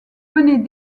venaient